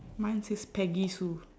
mine says peggy sue